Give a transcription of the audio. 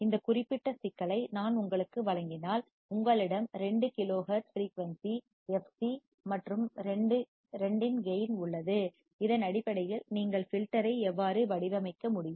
இந்த குறிப்பிட்ட சிக்கலை நான் உங்களுக்கு வழங்கினால் உங்களிடம் 2 கிலோஹெர்ட்ஸ் ஃபிரீயூன்சி எஃப்சி fc மற்றும் 2 இன் கேயின் உள்ளது அதன் அடிப்படையில் நீங்கள் ஃபில்டர் ஐ எவ்வாறு வடிவமைக்க முடியும்